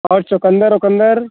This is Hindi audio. और चुकुंदर उकुंदर